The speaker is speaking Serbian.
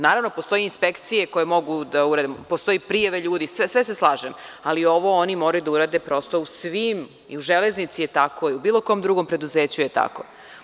Naravno, postoje inspekcije koje mogu, postoje prijave ljudi, sve se slažem, ali ovo oni moraju da urade u svim … i u „Železnici“ je tako, i u bilo kom drugom preduzeću je tako.